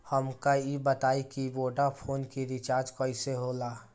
हमका ई बताई कि वोडाफोन के रिचार्ज कईसे होला?